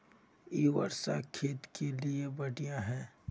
इ वर्षा खेत के लिए बढ़िया है?